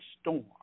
storm